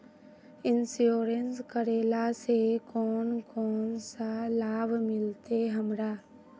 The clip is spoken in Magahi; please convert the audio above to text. इंश्योरेंस करेला से कोन कोन सा लाभ मिलते हमरा?